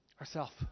Ourself